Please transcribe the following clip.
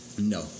No